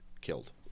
killed